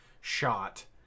shot